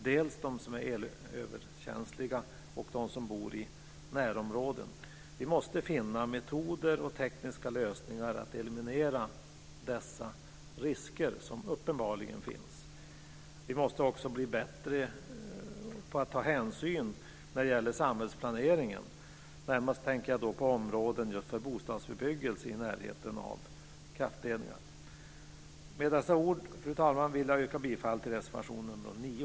Det gäller dem som är elöverkänsliga och dem som bor i närområden. Vi måste finna metoder och tekniska lösningar för att eliminera de risker som uppenbarligen finns. Vi måste också bli bättre på att ta hänsyn när det gäller samhällsplaneringen. Då tänker jag närmast på områden för bostadsbebyggelse i närheten av kraftledningar. Fru talman! Med dessa ord vill jag yrka bifall till reservation nr 9.